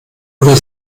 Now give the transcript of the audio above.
oder